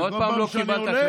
כל פעם שאני עולה,